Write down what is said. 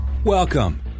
Welcome